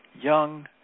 Young